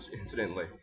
Incidentally